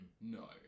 no